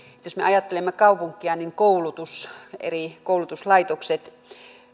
jos me ajattelemme kaupunkia niin koulutus eri koulutuslaitokset